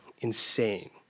Insane